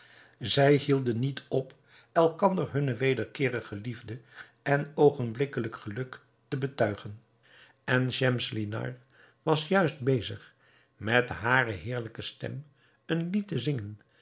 zij hielden niet op elkander hunne wederkeerige liefde en oogenblikkelijk geluk te betuigen en schemselnihar was juist bezig met hare heerlijke stem een lied te zingen